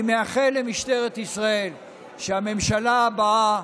אני מאחל למשטרת ישראל שהממשלה הבאה